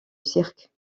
cirque